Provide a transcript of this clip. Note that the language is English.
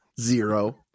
Zero